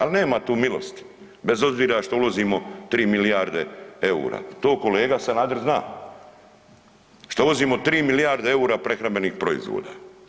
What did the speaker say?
Ali nema tu milosti bez obzira što uvozimo 3 milijarde EUR-a, to kolega Sanader zna, što uvozimo 3 milijarde EUR-a prehrambenih proizvoda.